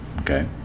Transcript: Okay